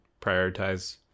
prioritize